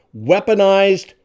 Weaponized